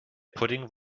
pudding